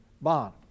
bond